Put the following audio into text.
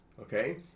okay